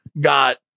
got